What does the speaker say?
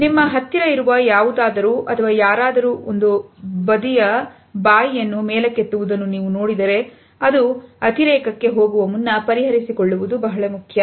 ನಿಮ್ಮ ಹತ್ತಿರ ಇರುವ ಯಾರಾದರೂ ಒಂದು ಬದಿಯ ಬಾಯಿಯನ್ನು ಮೇಲಕ್ಕೆತ್ತುವುದು ನೀವು ನೋಡಿದರೆ ಅದು ಅತಿರೇಕಕ್ಕೆ ಹೋಗುವ ಮುನ್ನ ಪರಿಹರಿಸಿಕೊಳ್ಳುವುದು ಬಹಳ ಮುಖ್ಯ